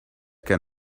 can